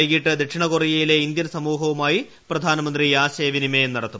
വൈകിട്ട് ദക്ഷിണകൊറിയയിലെ ഇന്ത്യൻ സമൂഹവുമായി പ്രധാനമന്ത്രി ആശയവിനിമയം നടത്തും